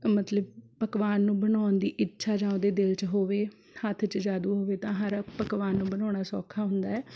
ਮਤਲਬ ਪਕਵਾਨ ਨੂੰ ਬਣਾਉਣ ਦੀ ਇੱਛਾ ਜਾਂ ਉਹਦੇ ਦਿਲ 'ਚ ਹੋਵੇ ਹੱਥ 'ਚ ਜਾਦੂ ਹੋਵੇ ਤਾਂ ਹਰ ਪਕਵਾਨ ਨੂੰ ਬਣਾਉਣਾ ਸੌਖਾ ਹੁੰਦਾ ਹੈ